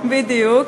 בדיוק.